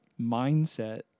mindset